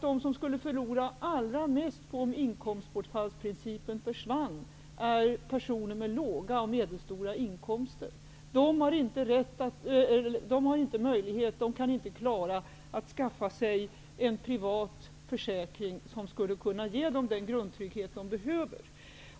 De som skulle förlora allra mest på att in komstbortfallsprincipen försvann är ju personer med låga och medelstora inkomster. De kan inte klara att skaffa sig en privat försäkring som skulle kunna ge dem den grundtrygghet som de behöver.